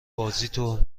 بازیتو